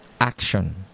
action